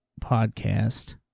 podcast